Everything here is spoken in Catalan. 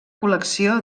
col·lecció